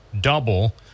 double